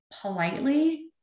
politely